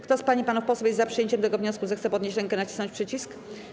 Kto z pań i panów posłów jest za przyjęciem tego wniosku, zechce podnieść rękę i nacisnąć przycisk.